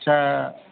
आदसा